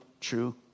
true